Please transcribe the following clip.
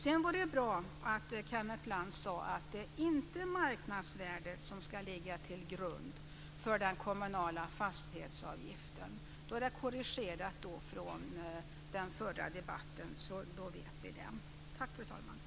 Det var bra att Kenneth Lantz sade att det inte är marknadsvärdet som ska ligga till grund för den kommunala fastighetsavgiften. Då är det korrigerat från den förra debatten. Nu vet vi det.